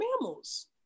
mammals